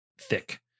thick